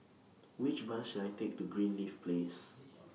Which Bus should I Take to Greenleaf Place